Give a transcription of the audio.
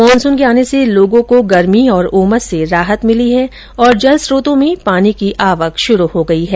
monsoon के आने से लोगों को गर्मी और उमस से राहत मिली है और जल स्रोतों में पानी की आवक शुरू हो गई है